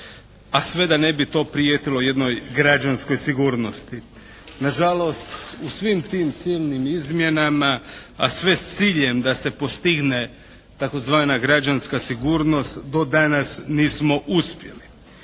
a sve da ne bi to prijetilo jednoj građanskoj sigurnosti. Na žalost u svim tim silnim izmjenama, a sve s ciljem da se postigne tzv. građanska sigurnost do danas nismo uspjeli.